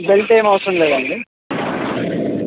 belt ఏమీ అవసరం లేదండి